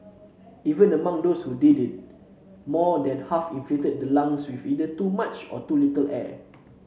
even among those who did it more than half inflated the lungs with either too much or too little air